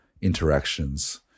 interactions